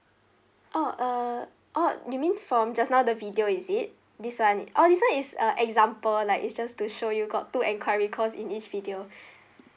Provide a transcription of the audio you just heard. oh uh oh you mean from just now the video is it this [one] oh this [one] is uh example like is just to show you got two enquiry calls in each video